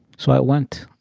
so i went.